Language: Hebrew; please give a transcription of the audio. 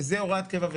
זה הוראת קבע ושעה.